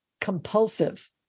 compulsive